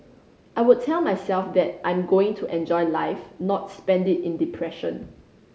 I would tell myself that I'm going to enjoy life not spend it in depression